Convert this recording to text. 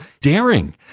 daring